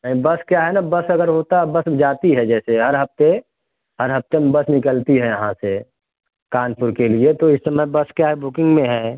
बस क्या है ना बस अगर होती बस जाती है जैसे हर हफ़्ते हर हफ़्ते में बस निकलती है यहाँ से कानपुर के लिए तो इस समय बस क्या है बुकिन्ग में है